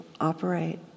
operate